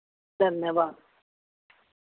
धन्यवाद